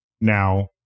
now